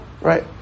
right